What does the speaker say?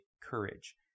courage